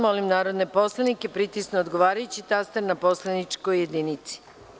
Molim narodne poslanike da pritisnu odgovarajući taster na poslaničkoj jedinici.